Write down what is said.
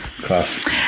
Class